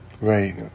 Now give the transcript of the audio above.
right